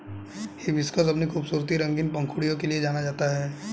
hibiscus अपनी खूबसूरत रंगीन पंखुड़ियों के लिए जाना जाता है